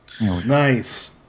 Nice